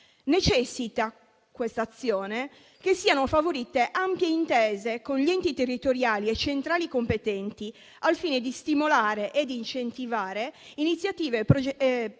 necessita che siano favorite ampie intese con gli enti territoriali e centrali competenti, al fine di stimolare e incentivare iniziative, progetti